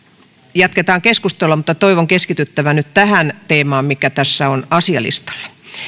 jatketaan keskustelua mutta toivon keskityttävän nyt tähän teemaan mikä tässä on asialistalla